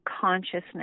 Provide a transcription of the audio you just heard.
consciousness